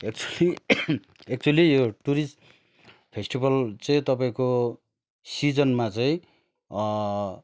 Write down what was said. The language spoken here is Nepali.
एक्चुली एक्चुली यो टुरिस्ट फेस्टिबल चाहिँ तपाईँको सिजनमा चाहिँ